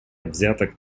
взяток